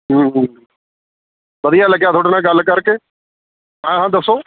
ਹੂੰ ਹੂੰ ਵਧੀਆ ਲੱਗਿਆ ਤੁਹਾਡੇ ਨਾਲ ਗੱਲ ਕਰਕੇ ਹਾਂ ਹਾਂ ਦੱਸੋ